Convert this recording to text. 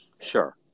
Sure